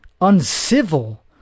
uncivil